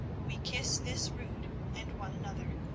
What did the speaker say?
we kiss this rood and one another.